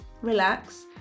relax